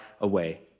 away